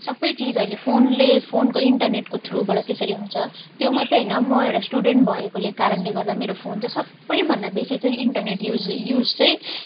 सब चिज अहिले फोनले फोनको इन्टरनेटको थ्रुबाट त्यसरी हुन्छ त्यो मात्र होइन म एउटा स्टुडेन्ट भएकाले कारणले गर्दा मेरो फोन चाहिँ सबभन्दा बेसी चाहिँ इन्टरनेट युज युज चाहिँ